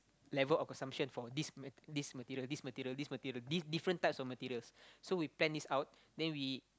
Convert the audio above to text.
level of consumption for this mat~ this material this material this material these different types of materials so we plan this out then we